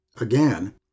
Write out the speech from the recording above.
Again